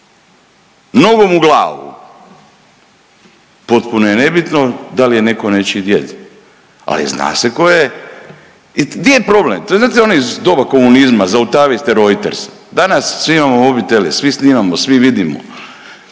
nogom u glavu, potpuno je nebitno da li neko nečiji djed, ali zna se ko je i di je problem? To je znate onaj iz doba komunizma Zaustavite Reuters. danas svi imamo mobitele, svi snimamo, svi vidimo.